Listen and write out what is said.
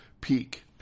peak